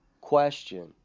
question